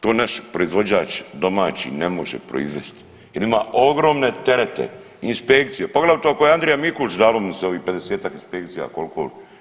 To naš proizvođač domaći ne može proizvest jer ima ogromne terete, inspekcije, poglavito ako je Andrija Mikulić dalo mu se ovih 50-ak inspekcija koliko.